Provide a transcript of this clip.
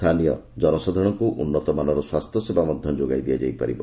ସ୍ଥାନୀୟ ଜନସାଧାରଣଙ୍କୁ ଉନ୍ନତମାନର ସ୍ୱାସ୍ଥ୍ୟସେବା ମଧ୍ୟ ଯୋଗାଇ ଦିଆଯାଇ ପାରିବ